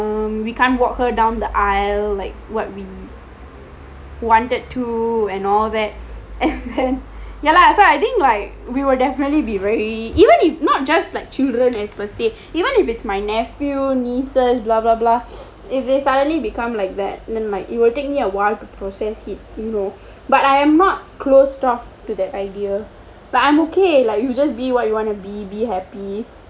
um we can't walk her down the aisle like what we wanted to and all that and then ya lah I think like we will definitely be very even if not just like children as per se even if it's my nephew nieces blah blah blah if they suddenly become like that then might it will take me a while to process it you know but I am not closed off to the idea like I'm ok like you just be what you want to be be happy